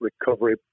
recovery